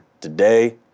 today